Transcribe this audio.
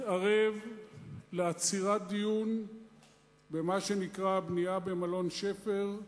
התערב לעצירת דיון במה שנקרא בנייה במלון "שפר"